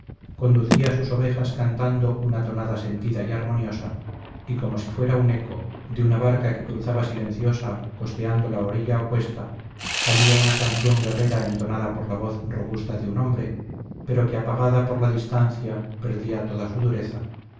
conducía sus ovejas cantando una tonada sentida y armoniosa y como si fuera un eco de una barca que cruzaba silenciosa costeando la orilla opuesta salía una canción guerrera entonada por la voz robusta de un hombre pero que apagada por la distancia perdía toda su dureza